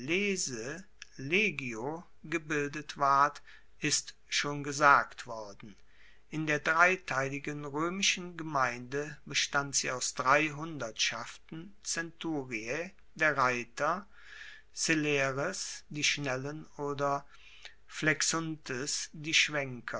gebildet ward ist schon gesagt worden in der dreiteiligen roemischen gemeinde bestand sie aus drei hundertschaften centuriae der reiter celeres die schnellen